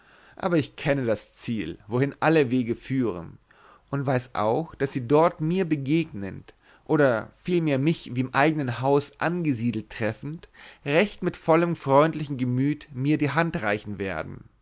aber ich kenne das ziel wohin alle wege führen und weiß auch daß sie dort mir begegnend oder vielmehr mich wie im eignen hause angesiedelt treffend recht mit vollem freundlichen gemüt mir die hand reichen werden